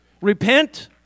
repent